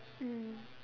mm